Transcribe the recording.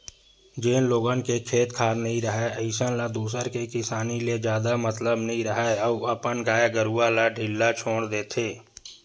जेन लोगन के खेत खार नइ राहय अइसन ल दूसर के किसानी ले जादा मतलब नइ राहय अउ अपन गाय गरूवा ल ढ़िल्ला छोर देथे